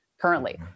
currently